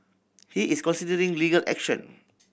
he is considering legal action